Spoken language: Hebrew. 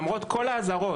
למרות כל האזהרות,